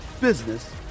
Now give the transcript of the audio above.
business